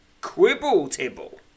quibble-tibble